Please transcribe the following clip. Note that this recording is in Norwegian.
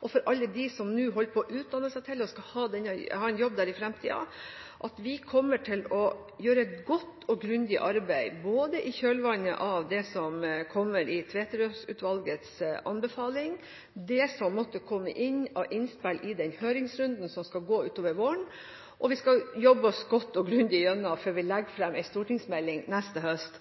og for alle dem som nå holder på å utdanne seg og skal ha en jobb der i fremtiden, at vi kommer til å gjøre et godt og grundig arbeid – både i kjølvannet av det som kommer i Tveterås-utvalgets anbefaling, og det som måtte komme inn av innspill i den høringsrunden som skal gå utover våren. Vi skal jobbe oss godt og grundig gjennom dette før vi legger fram en stortingsmelding neste høst.